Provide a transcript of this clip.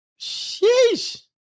Sheesh